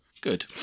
Good